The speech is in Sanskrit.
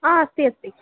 हा अस्ति अस्ति